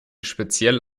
speziell